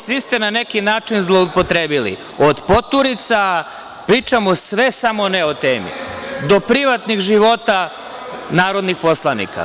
Svi ste na neki način zloupotrebili, od poturica, pričamo sve, samo ne o temi, do privatnih života narodnih poslanika.